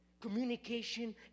Communication